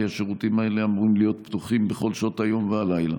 כי השירותים האלה אמורים להיות פתוחים בכל שעות היום והלילה.